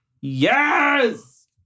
yes